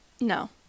no